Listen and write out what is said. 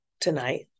tonight